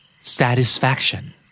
Satisfaction